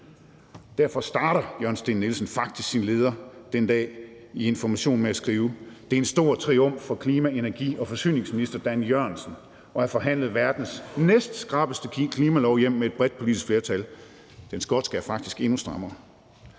derfor starter Jørgen Steen Nielsen faktisk sin leder den dag i Information med at skrive: Det er en stor triumf for klima-, energi- og forsyningsminister Dan Jørgensen at have forhandlet verdens næstskrappeste klimalov hjem med et bredt politisk flertal. Den skotske er faktisk endnu strammere.